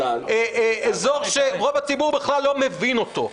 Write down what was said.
זה אזור שרוב הציבור בכלל לא מבין אותו.